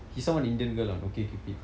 he saw an indian girl on OkCupid